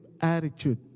attitude